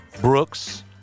Brooks